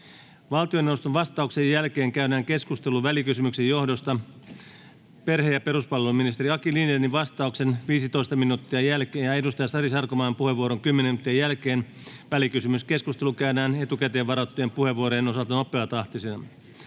Valtioneuvoston vastauksen jälkeen käydään keskustelu välikysymyksen johdosta. Perhe- ja peruspalveluministeri Aki Lindénin vastauksen ja Sari Sarkomaan puheenvuoron jälkeen välikysymyskeskustelu käydään etukäteen varattujen puheenvuorojen osalta nopeatahtisena.